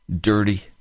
dirty